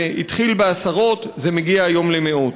זה התחיל בעשרות, זה מגיע כיום למאות.